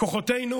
כוחותינו.